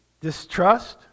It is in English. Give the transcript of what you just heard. Distrust